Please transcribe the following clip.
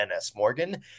NSMorgan